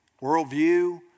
Worldview